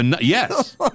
Yes